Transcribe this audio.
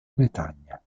bretagna